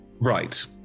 Right